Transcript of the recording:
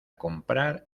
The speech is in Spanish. comprar